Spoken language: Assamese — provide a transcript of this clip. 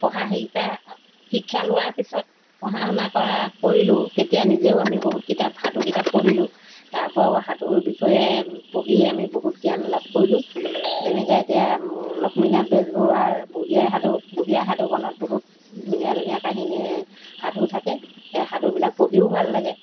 পঢ়া শিকা শিক্ষা লোৱাৰ পিছত পঢ়া শুনা কৰা কৰিলোঁ তেতিয়া নিজেও আমি বহুত কিতাপ সাধু কিতাপ পঢ়িলোঁ তাৰপৰাও সাধুৰ বিষয়ে পঢ়ি আমি বহুত জ্ঞান লাভ কৰিলোঁ যেনেকৈ এতিয়া লক্ষ্মীনাথ বেজবৰুৱাৰ বুঢ়ী আই সাধু বুঢ়ী আই সাধুখনত বহুত ধুনীয়া ধুনীয়া কাহিনী সাধু থাকে সেই সাধুবিলাক পঢ়িও ভাল লাগে